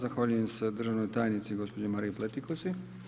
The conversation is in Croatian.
Zahvaljujem se državnoj tajnici gospođi Mariji Pletikosi.